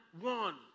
one